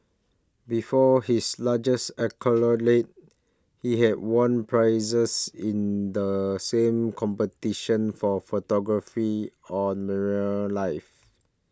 before his largest he had won prizes in the same competition for photography on marine life